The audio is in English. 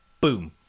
boom